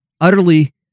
utterly